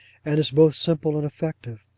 and is both simple and effective.